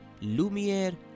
Lumiere